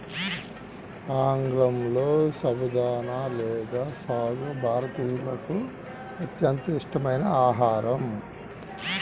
ఆంగ్లంలో సబుదానా లేదా సాగో భారతీయులకు అత్యంత ఇష్టమైన ఆహారం